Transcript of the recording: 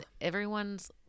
everyone's